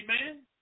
Amen